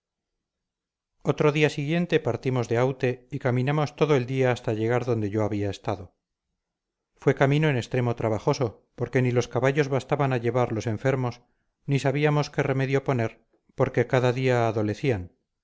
otro día siguiente partimos de aute y caminamos todo el día hasta llegar donde yo había estado fue camino en extremo trabajoso porque ni los caballos bastaban a llevar los enfermos ni sabíamos qué remedio poner porque cada día adolecían